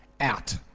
out